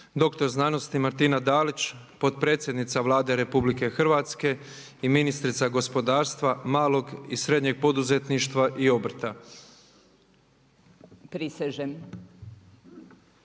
Doktor znanosti Martina Dalić, potpredsjednica Vlade Republike Hrvatske i ministrica gospodarstva, malog i srednjeg poduzetništva i obrta. **Dalić,